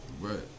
Right